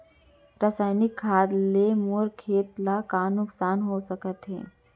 रसायनिक खाद ले मोर खेत ला का नुकसान हो सकत हे?